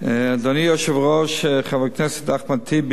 1. אדוני היושב-ראש, חבר הכנסת אחמד טיבי,